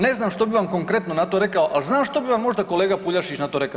Ne znam što bi vam konkretno na to rekao ali znam što bi vam možda kolega Puljašić na to rekao.